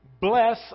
bless